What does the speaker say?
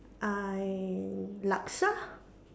I laksa